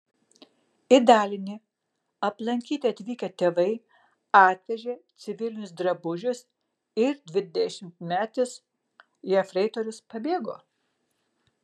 į dalinį aplankyti atvykę tėvai atvežė civilinius drabužius ir dvidešimtmetis jefreitorius pabėgo